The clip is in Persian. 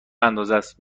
اندازست